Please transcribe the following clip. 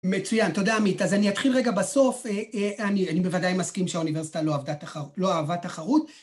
מצוין, תודה עמית. אז אני אתחיל רגע בסוף, אני בוודאי מסכים שהאוניברסיטה לא עבדה. אהבה תחרות.